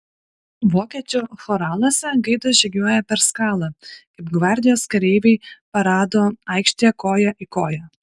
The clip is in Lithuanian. vokiečių choraluose gaidos žygiuoja per skalą kaip gvardijos kareiviai parado aikštėje koja į koją